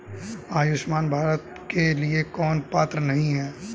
आयुष्मान भारत के लिए कौन पात्र नहीं है?